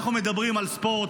אנחנו מדברים על ספורט,